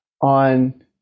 on